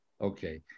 okay